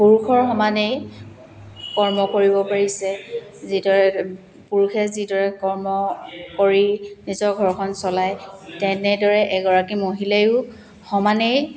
পুৰুষৰ সমানেই কৰ্ম কৰিব পাৰিছে যিদৰে পুৰুষে যিদৰে কৰ্ম কৰি নিজৰ ঘৰখন চলায় তেনেদৰে এগৰাকী মহিলাইও সমানেই